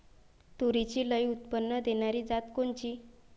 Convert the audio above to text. तूरीची लई उत्पन्न देणारी जात कोनची?